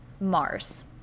mars